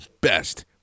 best